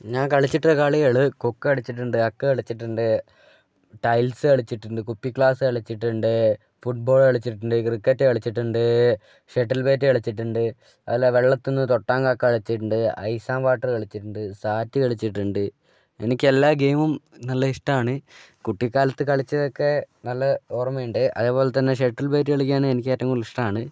ഞാൻ കളിച്ചിട്ടുള്ള കളികൾ കൊക്ക് കളിച്ചിട്ടുണ്ട് അക്ക് കളിച്ചിട്ടുണ്ട് ടൈൽസ് കളിച്ചിട്ടുണ്ട് കുപ്പി ഗ്ലാസ് കളിച്ചിട്ടുണ്ട് ഫുട്ബോൾ കളിച്ചിട്ടുണ്ട് ക്രിക്കറ്റ് കളിച്ചിട്ടുണ്ട് ഷട്ടിൽ ബാറ്റ് കളിച്ചിട്ടുണ്ട് അതല്ല വെള്ളത്തിൽ നിന്ന് തൊട്ടാൻ കാക്ക കളിച്ചിട്ടുണ്ട് ഐസ് ആൻ്റ് വാട്ടർ കളിച്ചിട്ടുണ്ട് സാറ്റ് കളിച്ചിട്ടുണ്ട് എനിക്ക് എല്ലാം ഗെയിമും നല്ല ഇഷ്ടമാണ് കുട്ടിക്കാലത്ത് കളിച്ചതൊക്കെ നല്ല ഓർമ്മയുണ്ട് അതുപോലെത്തന്നെ ഷട്ടിൽ ബാറ്റ് കളിക്കാനാണ് എനിക്ക് ഏറ്റവും കൂടുതലിഷ്ടമാണ്